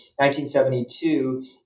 1972